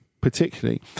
particularly